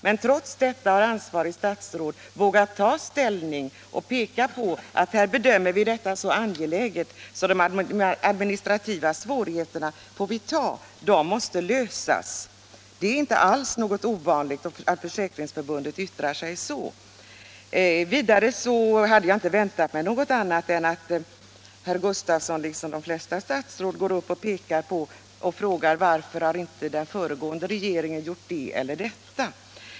Men trots detta har ansvariga statsråd vågat ta ställning och pekat på att man bedömer det så angeläget att genomföra reformer att man får ta de administrativa svårigheterna. Problemen måste lösas. Försäkringskasseförbundets yttrande är inte unikt. Jag hade inte väntat mig annat än att herr Gustavsson liksom de flesta statsråd frågar varför inte den föregående regeringen har genomfört frågorna.